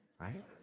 Right